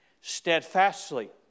Steadfastly